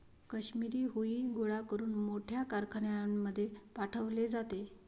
काश्मिरी हुई गोळा करून मोठ्या कारखान्यांमध्ये पाठवले जाते